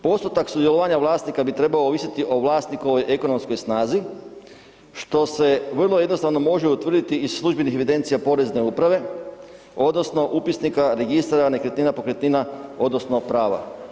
Postotak sudjelovanja vlasnika bi trebao ovisiti o vlasnikovoj ekonomskoj snazi, što se vrlo jednostavno može utvrditi iz službenih evidencija Porezne uprave odnosno Upisnika registra nekretnina, pokretnina odnosno prava.